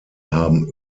haben